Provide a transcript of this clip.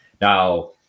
now